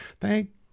thank